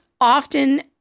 often